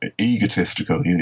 egotistical